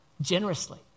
generously